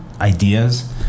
ideas